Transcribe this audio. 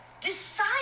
decide